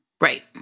Right